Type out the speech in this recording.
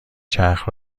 چرخ